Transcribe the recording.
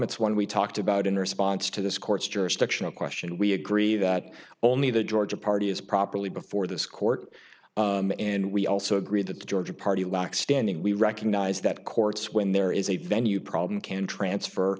it's one we talked about in response to this court's jurisdictional question we agree that only the ga party is properly before this court and we also agree that the georgia party lacks standing we recognize that courts when there is a venue problem can transfer